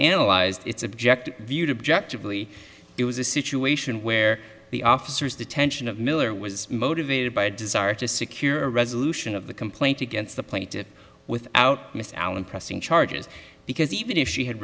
analyzed its object viewed objective really it was a situation where the officers detention of miller was motivated by a desire to secure a resolution of the complaint against the plaintiffs without mr allen pressing charges because even if she had